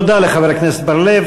תודה לחבר הכנסת בר-לב.